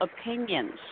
opinions